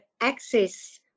access